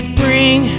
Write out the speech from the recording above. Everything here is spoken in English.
bring